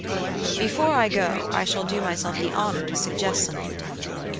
before i go i shall do myself the honor to suggest something to you